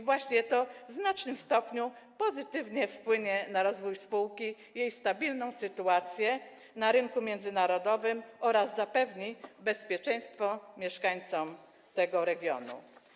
Właśnie to w znacznym stopniu pozytywnie wpłynie na rozwój spółki i jej stabilną sytuację na rynku międzynarodowym oraz zapewni bezpieczeństwo mieszkańcom regionu.